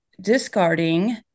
discarding